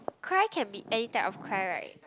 cry can be any type of cry right